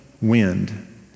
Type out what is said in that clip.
wind